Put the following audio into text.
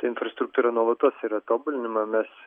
infrastruktūra nuolatos yra tobulinama mes